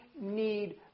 need